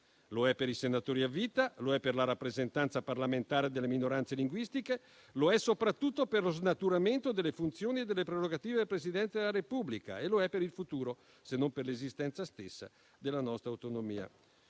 Lo è per i senatori a vita, lo è per la rappresentanza parlamentare delle minoranze linguistiche, lo è soprattutto per lo snaturamento delle funzioni e delle prerogative del Presidente della Repubblica; lo è per il futuro, se non per l'esistenza stessa della nostra autonomia.